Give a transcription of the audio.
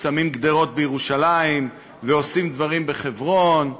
שמים גדרות בירושלים ועושים דברים בחברון,